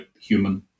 human